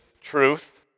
truth